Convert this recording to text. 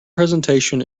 presentation